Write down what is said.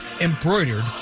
embroidered